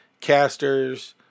casters